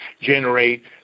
generate